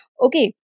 Okay